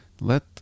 Let